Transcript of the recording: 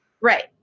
Right